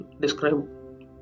describe